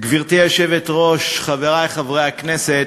גברתי היושבת-ראש, חברי חברי הכנסת,